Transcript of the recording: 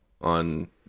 on